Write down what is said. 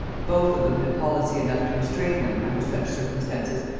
both of them had policy enough to restrain them, under such circumstances,